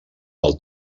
del